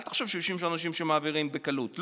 אל תחשוב שיושבים שם אנשים שמעבירים בקלות.